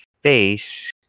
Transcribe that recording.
face